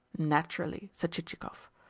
naturally, said chichikov.